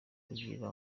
kugira